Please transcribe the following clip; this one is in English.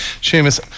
Seamus